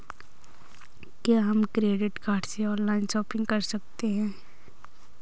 क्या हम credit card से ऑनलाइन शॉपिंग कर सकते हैं?